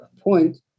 point